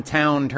town